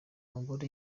mugore